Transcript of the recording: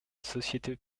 société